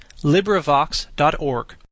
LibriVox.org